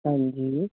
ਹਾਂਜੀ